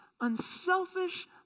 unselfish